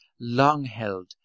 long-held